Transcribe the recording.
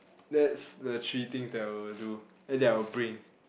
that's the three things that I will do as in I will bring